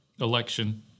election –